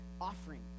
offering